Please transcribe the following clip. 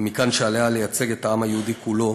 ומכאן שעליה לייצג את העם היהודי כולו,